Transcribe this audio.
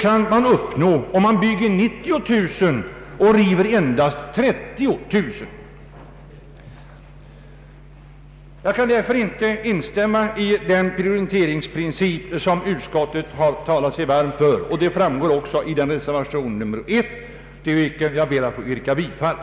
kan man uppnå, om man bygger 90 000 och river endast 30 000 lägenheter. Jag kan därför inte instämma i den prioriteringsprincip som utskottet talat sig varmt för, och det framgår också av reservation 1, till vilken jag ber att få yrka bifall.